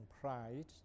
pride